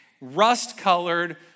rust-colored